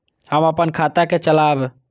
हम अपन खाता के चलाब?